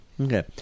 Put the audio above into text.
Okay